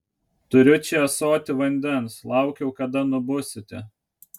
turiu čia ąsotį vandens laukiau kada nubusite